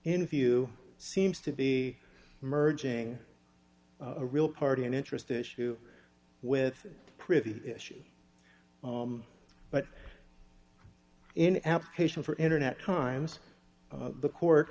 in view seems to be merging a real party and interest issue with pretty issue but in application for internet times the court